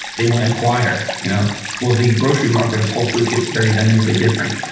they want to acquire. you know well, the grocery market of wholefoods gets very dynamically different.